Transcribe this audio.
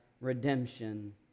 redemption